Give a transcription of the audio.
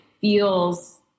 feels